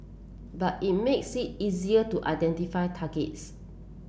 but it makes it easier to identify targets